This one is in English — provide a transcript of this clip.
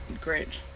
Great